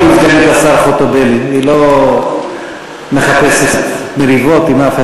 אבל אני לא רוצה לריב עם סגנית השר.